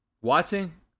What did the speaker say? Watson